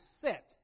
set